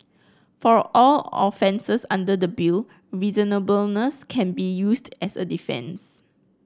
for all offences under the bill reasonableness can be used as a defence